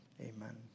amen